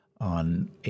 on